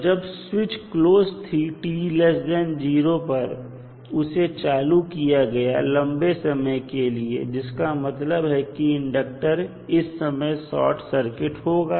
तो जब switch close थी t0 पर और उसे चालू किया गया लंबे समय के लिए जिसका मतलब है कि इंडक्टर इस समय शॉर्ट सर्किट होगा